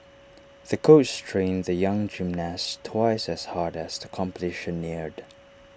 the coach trained the young gymnast twice as hard as the competition neared